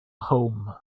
home